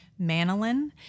Manolin